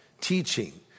teaching